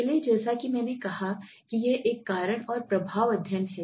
पहले जैसा कि मैंने कहा कि यह एक कारण और प्रभाव अध्ययन है